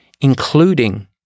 including